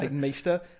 Meester